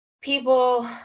People